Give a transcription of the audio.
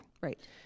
Right